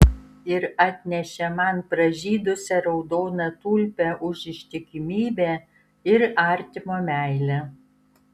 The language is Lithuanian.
ir atnešė man pražydusią raudoną tulpę už ištikimybę ir artimo meilę